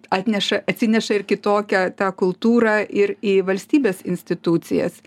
atneša atsineša ir kitokią tą kultūrą ir į valstybės institucijas